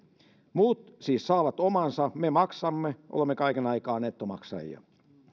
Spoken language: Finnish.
muut siis saavat omansa me maksamme olemme kaiken aikaa nettomaksajia